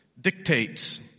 dictates